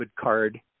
card